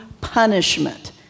punishment